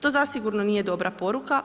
To zasigurno nije dobra poruka.